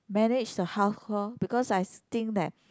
manage the household because I think that